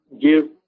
give